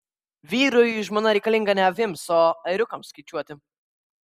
vyrui žmona reikalinga ne avims o ėriukams skaičiuoti